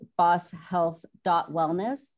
bosshealth.wellness